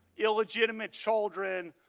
illegitimate children,